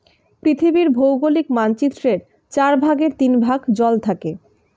পৃথিবীর ভৌগোলিক মানচিত্রের চার ভাগের তিন ভাগ জল থাকে